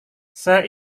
saya